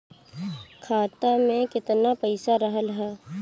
खाता में केतना पइसा रहल ह?